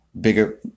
bigger